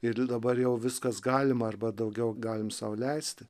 ir dabar jau viskas galima arba daugiau galim sau leisti